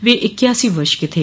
वह इक्यासी वर्ष के थे